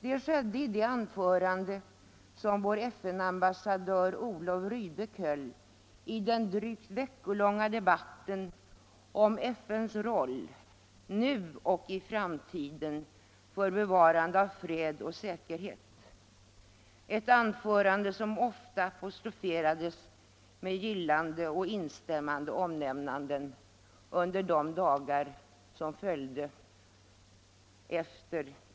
Det skedde i det anförande som vår FN-ambassadör Olof Rydbeck höll i den drygt veckolånga debatten om FN:s roll nu och i framtiden för bevarande av fred och säkerhet, ett anförande som ofta apostroferades med gillande och instämmande omnämnanden under de dagar som följde.